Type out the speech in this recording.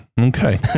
Okay